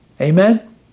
Amen